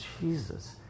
Jesus